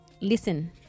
listen